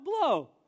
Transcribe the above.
blow